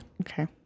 okay